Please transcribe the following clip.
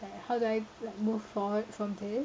like how do I like move forward from this